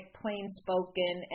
plain-spoken